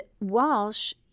Walsh